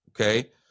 okay